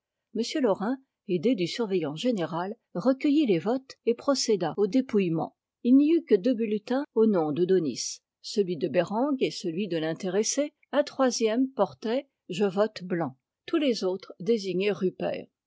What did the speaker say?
m laurin aidé du surveillant général recueillit les votes et procéda au dépouillement il n'y eut que deux bulletins au nom de daunis celui de bereng et celui de l'intéressé un troisième portait je vole blanc tous les autres désignaient rupert